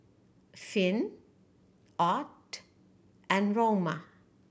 Finn Ott and Roma